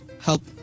help